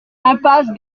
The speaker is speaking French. impasse